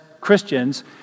Christians